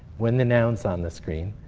when the noun's on the screen.